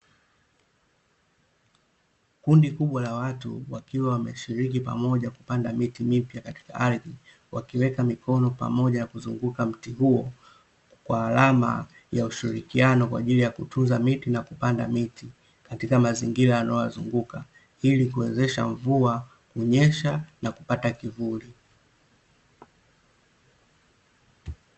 Kundi kubwa la watu wakiwa wameshiriki pamoja kupanda miti mipya katika ardhi wakiweka mikono pamoja kuzunguka mti huo kwa alama ya ushirikiano kwa ajili ya kutunza miti na kupanda miti katika mazingira yanayowazunguka, ili kuwezesha mvua kunyesha na kupata kivuli.